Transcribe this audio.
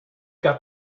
got